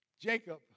Jacob